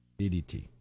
DDT